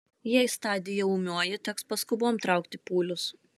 jei stadija ūmioji teks paskubom traukti pūlius